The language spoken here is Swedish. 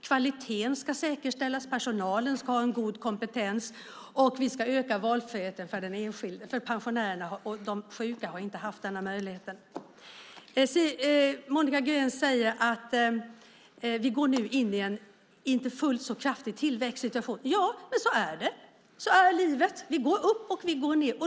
Kvaliteten ska säkerställas, personalen ska ha god kompetens och vi ska öka valfriheten för den enskilde, för pensionärerna och de sjuka har inte haft den möjligheten. Monica Green säger att vi nu går in i en inte fullt så kraftig tillväxtsituation. Ja, men så är det - sådant är livet. Det går upp, och det går ned.